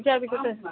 পূজাৰ পিছতে